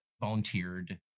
volunteered